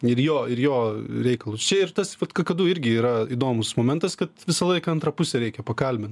ir jo ir jo reikalus čia ir tas vat kakadu irgi yra įdomus momentas kad visą laiką antrą pusę reikia pakalbin